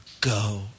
go